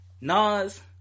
Nas